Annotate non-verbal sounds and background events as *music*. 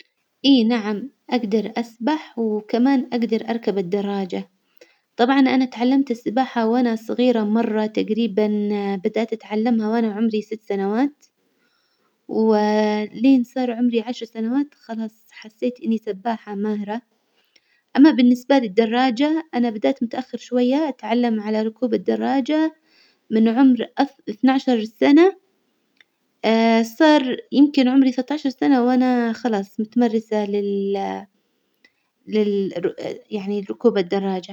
إي نعم أجدر أسبح وكمان أجدر أركب الدراجة، طبعا أنا تعلمت السباحة وأنا صغيرة مرة تجريبا *hesitation* بدأت أتعلمها وأنا عمري ست سنوات، ولين صار عمري عشر سنوات خلاص حسيت إني سباحة ماهرة، أما بالنسبة للدراجة أنا بدأت متأخر شوية أتعلم على ركوب الدراجة من عمر اث- اثنا عشر سنة *hesitation* صار يمكن عمري سطعشر سنة وأنا خلاص متمرسة لل- يعني لركوب الدراجة.